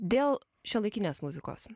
dėl šiuolaikinės muzikos